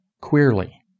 queerly